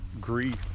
grief